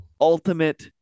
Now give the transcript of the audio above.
ultimate